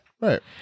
Right